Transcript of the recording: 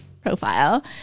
profile